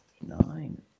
Nine